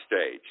stage